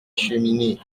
cheminée